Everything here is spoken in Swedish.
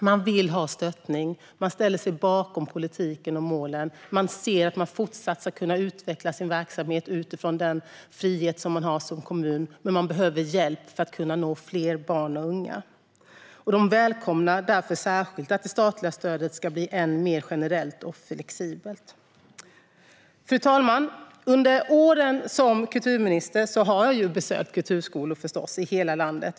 Man vill ha stöttning. Man ställer sig bakom politiken och målen. Man ser att man fortsatt ska kunna utveckla sin verksamhet utifrån den frihet man har som kommun men att man behöver hjälp att nå fler barn och unga. Man välkomnar därför särskilt att det statliga stödet ska bli än mer generellt och flexibelt. Fru talman! Under åren som kulturminister har jag förstås besökt kulturskolor i hela landet.